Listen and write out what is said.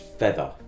feather